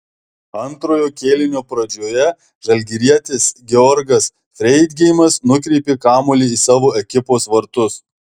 antrojo kėlinio pradžioje žalgirietis georgas freidgeimas nukreipė kamuolį į savo ekipos vartus